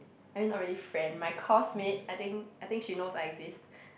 I mean not really friend my course mate I think I think she knows I exist